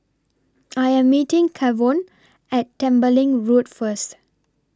I Am meeting Kavon At Tembeling Road First